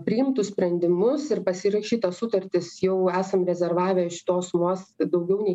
priimtus sprendimus ir pasirašytas sutartis jau esam rezervavę šitos sumos daugiau nei